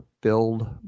Build